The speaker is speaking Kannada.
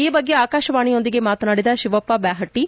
ಈ ಬಗ್ಗೆ ಆಕಾಶವಾಣಿಯೊಂದಿಗೆ ಮಾತನಾಡಿದ ಶಿವಪ್ಪ ಬ್ಯಾಹಟ್ಟಿ